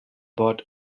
bought